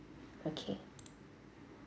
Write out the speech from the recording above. okay